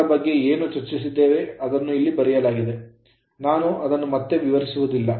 ಅದರ ಬಗ್ಗೆ ಏನು ಚರ್ಚಿಸಿದ್ದೆವೆ ಅದನ್ನು ಇಲ್ಲಿ ಬರೆಯಲಾಗಿದೆ ನಾನು ಅದನ್ನು ಮತ್ತೆ ವಿವರಿಸುವುದಿಲ್ಲ